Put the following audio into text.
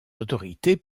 autorités